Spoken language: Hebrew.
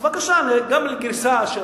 אז בבקשה, גם גרסה של